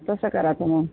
तसं करायचं मग